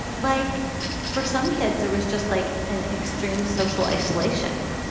like for some kids, it was just like an extreme social isolation.